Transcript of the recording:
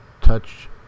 touch